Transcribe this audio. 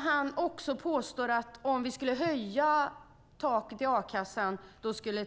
Han påstår också att om vi skulle höja taket i a-kassan skulle